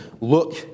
look